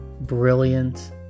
brilliant